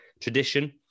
tradition